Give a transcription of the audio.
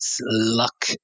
luck